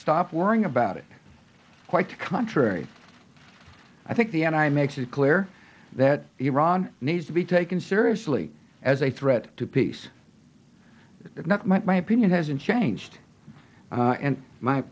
stop worrying about it quite the contrary i think the and i makes it clear that iran needs to be taken seriously as a threat to peace not my opinion hasn't changed and my